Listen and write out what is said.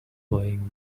playing